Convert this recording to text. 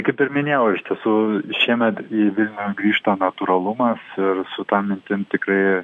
kaip ir minėjau iš tiesų šiemet į vilnių grįžta natūralumas ir su ta mintim tikrai